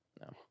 no